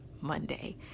Monday